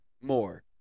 more